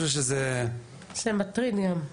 זה מטריד גם.